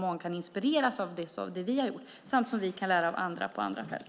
Många kan inspireras av det vi har gjort samtidigt som vi kan lära av andra på andra fält.